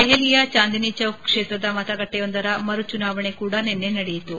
ದೆಹಲಿಯ ಚಾಂದಿನಿ ಚೌಕ್ ಕ್ಷೇತ್ರದ ಮತಗಟ್ಟೆಯೊಂದರ ಮರು ಚುನಾವಣೆ ಕೂಡಾ ನಿನ್ನೆ ನಡೆಯಿತು